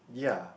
yeah